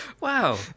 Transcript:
Wow